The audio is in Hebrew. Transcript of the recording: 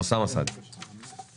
אוסאמה סעדי, בבקשה.